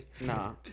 Nah